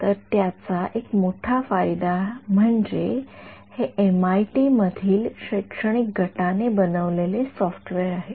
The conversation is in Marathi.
तर त्याचा एक मोठा फायदा म्हणजे हे एमआयटी मधील शैक्षणिक गटाने बनवलेले सॉफ्टवेअर आहे